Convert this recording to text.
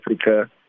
Africa